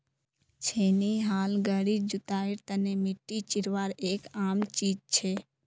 छेनी हाल गहरी जुताईर तने मिट्टी चीरवार एक आम चीज छे